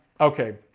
Okay